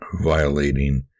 violating